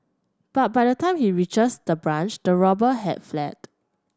but by the time he reaches the branch the robber had fled